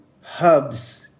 hubs